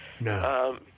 No